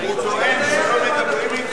הוא טוען שלא מדברים אתו.